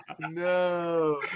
No